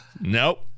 Nope